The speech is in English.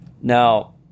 now